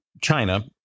China